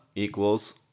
equals